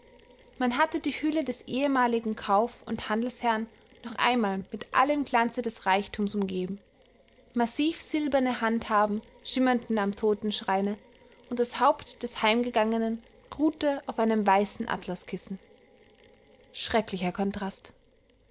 man hatte die hülle des ehemaligen kauf und handelsherrn noch einmal mit allem glanze des reichtums umgeben massiv silberne handhaben schimmerten am totenschreine und das haupt des heimgegangenen ruhte auf einem weißen atlaskissen schrecklicher kontrast